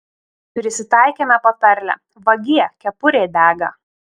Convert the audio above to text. prisitaikėme patarlę vagie kepurė dega